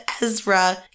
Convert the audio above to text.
ezra